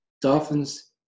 Dolphins